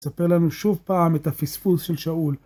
ספר לנו שוב פעם את הפספוס של שאול.